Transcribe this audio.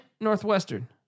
Northwestern